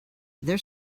their